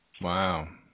Wow